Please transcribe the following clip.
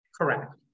Correct